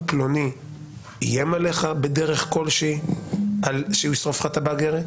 פלוני איים עליך בדרך כלשהי שהוא ישרוף לך את ה-באגר?